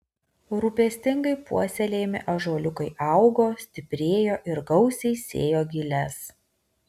rūpestingai puoselėjami ąžuoliukai augo stiprėjo ir gausiai sėjo giles